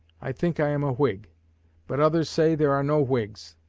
i think i am a whig but others say there are no whigs,